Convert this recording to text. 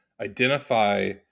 identify